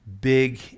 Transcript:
big